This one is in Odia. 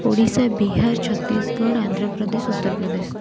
ଓଡ଼ିଶା ବିହାର ଛାତିଶଗଡ଼ ଆନ୍ଧ୍ରପ୍ରଦେଶ ଉତ୍ତରପ୍ରଦେଶ